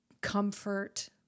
comfort